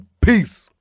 peace